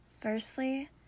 Firstly